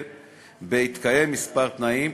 בהתקיים מספר תנאים,